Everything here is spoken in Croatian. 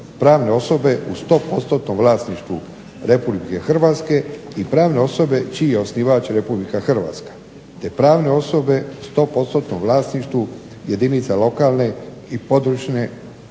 pravne osoba u 100%-nom vlasništvu RH i pravne osobe čiji je osnivač RH, te pravne osobe u 100%-nom vlasništvu jedinica lokalne i područne